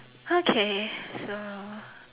okay so